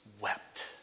wept